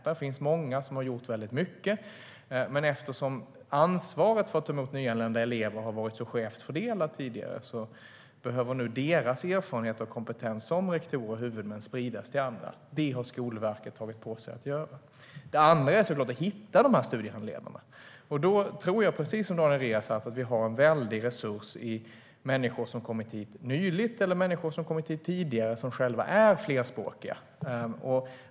Det finns många som har gjort mycket, men eftersom ansvaret för att ta emot nyanlända elever har varit så skevt fördelat tidigare behöver nu de erfarenheter och den kompetens som rektorer och huvudmän har spridas till andra. Det har Skolverket tagit på sig att göra. Det andra är att hitta de här studiehandledarna. Då tror jag precis som Daniel Riazat att vi har en väldig resurs i människor som har kommit hit nyligen eller människor som har kommit hit tidigare och som själva är flerspråkiga.